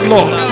Lord